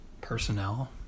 Personnel